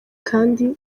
kandi